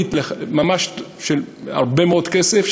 תוכנית ממש של הרבה מאוד כסף,